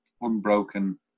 unbroken